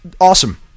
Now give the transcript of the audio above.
awesome